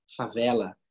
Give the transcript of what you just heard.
favela